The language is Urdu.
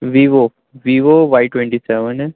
Vivo Vivo Y twenty seven ہے